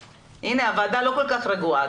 הנה, הוועדה לא כל כך רגועה.